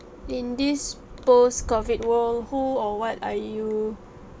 in this post COVID world who or what are you